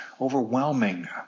overwhelming